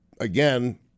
again